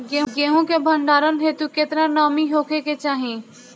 गेहूं के भंडारन हेतू कितना नमी होखे के चाहि?